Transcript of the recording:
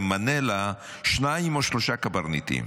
תמנה לה שניים או שלושה קברניטים.